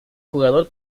jugador